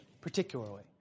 particularly